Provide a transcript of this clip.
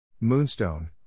Moonstone